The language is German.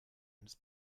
eines